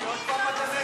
התשע"ו 2016,